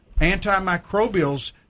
antimicrobials